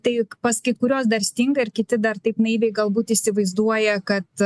tai pas kai kuriuos dar stinga ir kiti dar taip naiviai galbūt įsivaizduoja kad